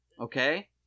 Okay